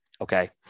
Okay